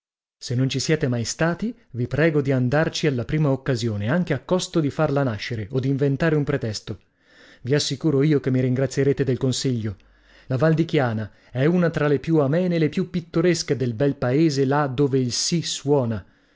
se non ci siete mai stati vi prego di andarci alla prima occasione anche a costo di farla nascere o d'inventare un pretesto vi assicuro io che mi ringrazierete del consiglio la val di chiana è una tra le più amene e le più pittoresche del bel paese là dove il sì suona